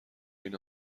این